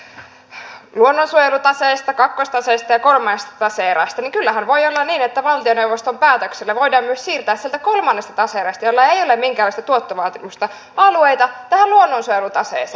kun puhutaan tästä luonnonsuojelutaseesta kakkostaseesta ja kolmannesta tase erästä niin kyllähän voi olla niin että valtioneuvoston päätöksellä voidaan myös siirtää sieltä kolmannesta tase erästä jolla ei ole minkäänlaista tuottovaatimusta alueita tähän luonnonsuojelutaseeseen